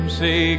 say